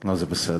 לא, זה בסדר.